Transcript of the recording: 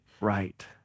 right